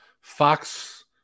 Fox